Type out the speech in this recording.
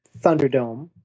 Thunderdome